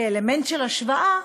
כאלמנט של השוואה,